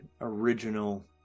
original